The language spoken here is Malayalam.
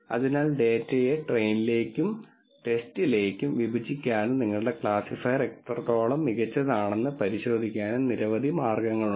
അതിനാൽ ഡാറ്റയെ ട്രെയിനിലേക്കും ടെസ്റ്റിലേക്കും വിഭജിക്കാനും നിങ്ങളുടെ ക്ലാസിഫയർ എത്രത്തോളം മികച്ചതാണെന്ന് പരിശോധിക്കാനും നിരവധി മാർഗങ്ങളുണ്ട്